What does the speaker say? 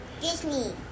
Disney